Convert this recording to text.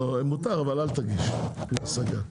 מותר, אבל אל תגיש השגה.